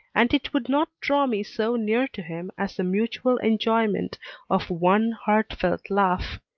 and it would not draw me so near to him as the mutual enjoyment of one heartfelt laugh.